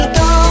go